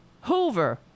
Hoover